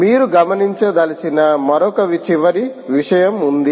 మీరు గమనించదలిచిన మరొక చివరి విషయం ఉంది